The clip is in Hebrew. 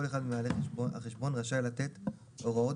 כל אחד ממנהלי החשבון רשאי לתת הוראות